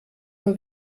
nur